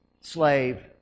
slave